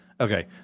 Okay